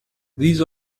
these